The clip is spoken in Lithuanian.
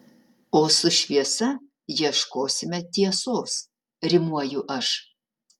o su šviesa ieškosime tiesos rimuoju aš